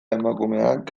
emakumeak